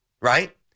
right